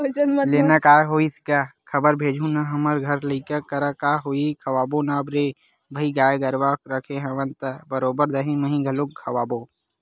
लेना काय होइस गा खबर भेजहूँ ना हमर घर लइका करा का होही खवाबो ना रे भई गाय गरुवा रखे हवन त बरोबर दहीं मही घलोक खवाबो